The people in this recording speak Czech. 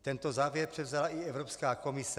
Tento závěr převzala i Evropská komise.